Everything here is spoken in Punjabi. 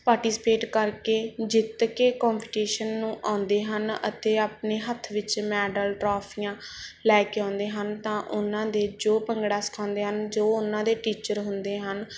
ਪਾਰਟੀਸਪੇਟ ਕਰਕੇ ਜਿੱਤ ਕੇ ਕੰਪੀਟੀਸ਼ਨ ਨੂੰ ਆਉਂਦੇ ਹਨ ਅਤੇ ਆਪਣੇ ਹੱਥ ਵਿੱਚ ਮੈਡਲ ਟਰੋਫੀਆਂ ਲੈ ਕੇ ਆਉਂਦੇ ਹਨ ਤਾਂ ਉਹਨਾਂ ਦੇ ਜੋ ਭੰਗੜਾ ਸਿਖਾਉਂਦੇ ਹਨ ਜੋ ਉਹਨਾਂ ਦੇ ਟੀਚਰ ਹੁੰਦੇ ਹਨ